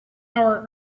our